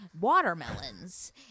watermelons